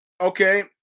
Okay